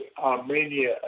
Armenia